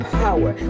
power